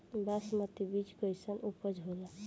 बासमती बीज कईसन उपज होला?